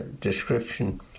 description